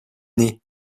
nez